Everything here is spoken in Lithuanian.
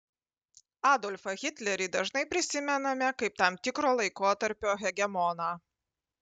adolfą hitlerį dažnai prisimename kaip tam tikro laikotarpio hegemoną